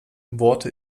worte